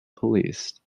police